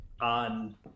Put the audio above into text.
on